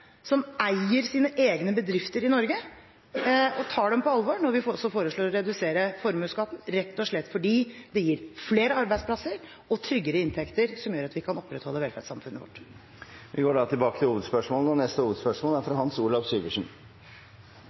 som eier sine egne bedrifter i Norge, og tar dem på alvor når vi også foreslår å redusere formuesskatten, rett og slett fordi det gir flere arbeidsplasser og tryggere inntekter, som gjør at vi kan opprettholde velferdssamfunnet vårt. Vi går videre til neste hovedspørsmål. Spørsmålet går til